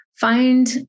Find